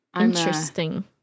Interesting